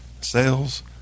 sales